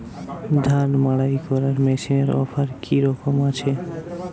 ধান মাড়াই করার মেশিনের অফার কী রকম আছে?